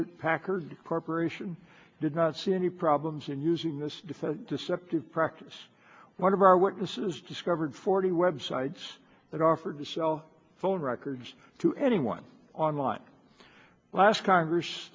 hewitt packard corp did not see any problems in using this defense deceptive practice one of our witnesses discovered forty web sites that offered the cell phone records to anyone online last congress